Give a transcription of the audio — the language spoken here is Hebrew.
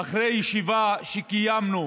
אחרי ישיבה שקיימנו